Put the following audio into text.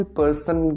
person